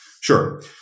Sure